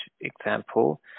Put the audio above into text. example